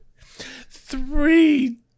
Three